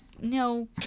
No